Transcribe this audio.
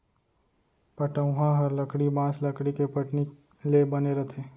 पटउहॉं हर लकड़ी, बॉंस, लकड़ी के पटनी ले बने रथे